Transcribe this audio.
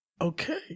okay